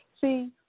See